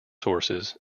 sources